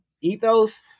ethos